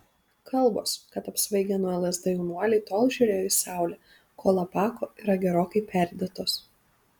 kalbos kad apsvaigę nuo lsd jaunuoliai tol žiūrėjo į saulę kol apako yra gerokai perdėtos